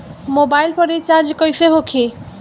Mobile पर recharge कैसे होखी?